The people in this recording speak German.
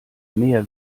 mehr